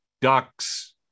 ducks